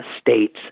states